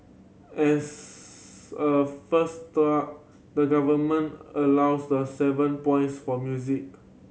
as a first up the Government allows the seven points for music